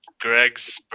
Greg's